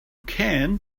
can